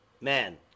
man